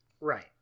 right